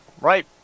Right